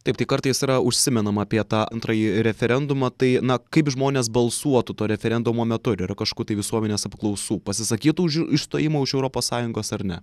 taip tai kartais yra užsimenama apie tą antrąjį referendumą tai na kaip žmonės balsuotų to referendumo metu ar yra kažkokių tai visuomenės apklausų pasisakytų už išstojimą iš europos sąjungos ar ne